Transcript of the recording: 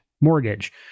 mortgage